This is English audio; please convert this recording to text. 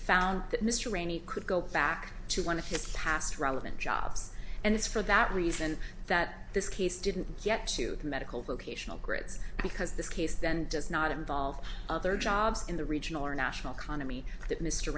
found that mr rainy could go back to one of his past relevant jobs and it's for that reason that this case didn't get to medical vocational gritz because this case then does not involve other jobs in the regional or national khana me that mr